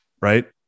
right